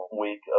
week